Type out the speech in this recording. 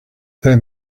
then